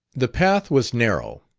the path was narrow,